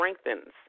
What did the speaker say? strengthens